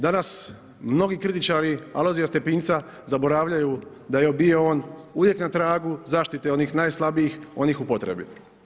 Danas mnogi kritičari Alojzija Stepinca zaboravljao da je bio on uvijek na tragu zaštite onih najslabijih, onih u potrebi.